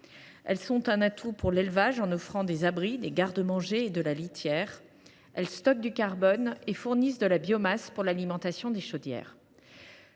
elles sont un atout pour l’élevage, en offrant des abris, des garde mangers et de la litière ; elles stockent du carbone et fournissent de la biomasse pour l’alimentation des chaudières.